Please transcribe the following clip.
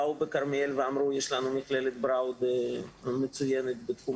באו בכרמיאל ואמרו שיש את מכללת בראודה מצוינת בתחום